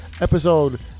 episode